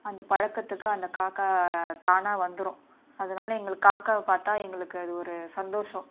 அந்தப் பழக்கத்துக்கு அந்த காக்கா தானாக வந்துடும் அதனால எங்களுக்கு காக்காவைப் பார்த்தா எங்களுக்கு அது ஒரு சந்தோஷம்